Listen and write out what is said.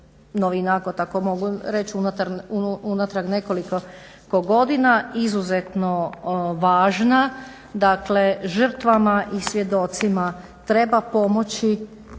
novina ako tako mogu reći unatrag nekoliko godina izuzetno važna. Dakle, žrtvama i svjedocima treba pomoći